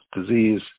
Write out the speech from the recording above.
Disease